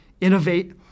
innovate